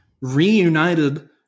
reunited